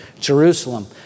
Jerusalem